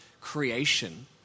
creation